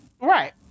right